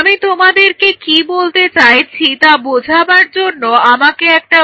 আমি তোমাদেরকে কি বলতে চাইছি তা বোঝাবার জন্য আমাকে একটা বক্স আঁকতে দাও